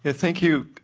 thank you,